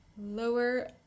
lower